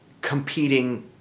competing